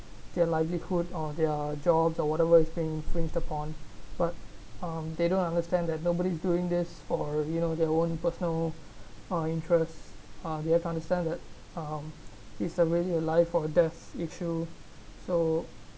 their livelihood or their jobs or whatever is being infringed upon but um they don't understand that nobody is doing this for you know their own personal uh interests uh they have to understand that um it's a really a life or death issue so